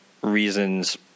reasons